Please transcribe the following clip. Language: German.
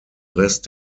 rest